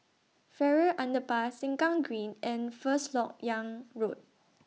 Farrer Underpass Sengkang Green and First Lok Yang Road